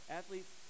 athletes